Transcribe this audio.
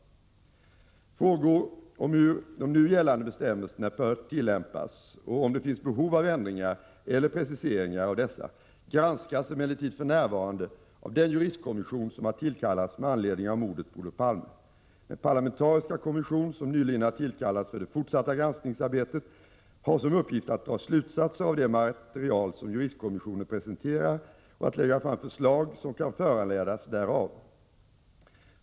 85 Frågor om hur de nu gällande bestämmelserna bör tillämpas och om det finns behov av ändringar eller preciseringar av dessa granskas emellertid för närvarande av den juristkommission som har tillkallats med anledning av mordet på Olof Palme. Den parlamentariska kommission som nyligen har tillkallats för det fortsatta granskningsarbetet har som uppgift att dra slutsatser av det material som juristkommissionen presenterar och att lägga fram förslag som kan föranledas därav.